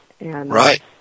Right